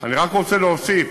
אני רק רוצה להוסיף,